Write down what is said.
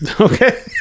Okay